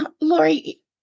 Lori